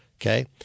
Okay